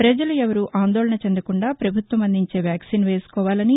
ప్రజలు ఎవరూ ఆందోళన చెందకుండా ప్రభుత్వం అందించే వ్యాక్సిన్ వేసుకోవాలని